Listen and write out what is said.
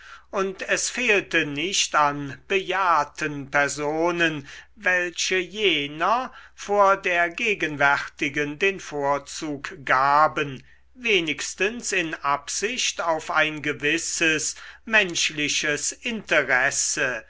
und es fehlte nicht an bejahrten personen welche jener vor der gegenwärtigen den vorzug gaben wenigstens in absicht auf ein gewisses menschliches interesse